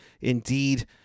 indeed